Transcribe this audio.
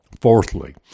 Fourthly